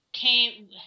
came